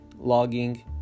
logging